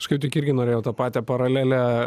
aš kaip tik irgi norėjau tą patią paralelę